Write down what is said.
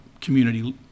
community